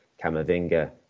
Kamavinga